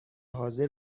حاضر